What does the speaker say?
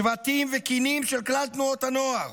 שבטים וקינים של כלל תנועות הנוער.